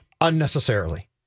unnecessarily